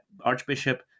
Archbishop